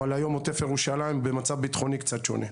אבל היום עוטף ירושלים במצב ביטחוני קצת שונה.